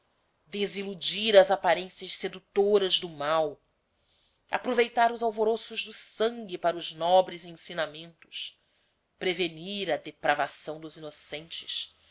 desiludir as aparências sedutoras do mal aproveitar os alvoroços do sangue para os nobres ensinamentos prevenir a depravação dos inocentes